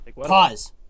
Pause